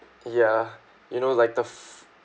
ya you know like the fi~